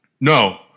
no